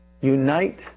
Unite